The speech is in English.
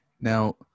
Now